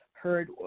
Heard